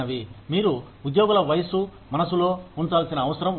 మీరు ఉద్యోగుల వయసు మనసులో ఉంచాల్సిన అవసరం ఉంది